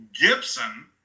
Gibson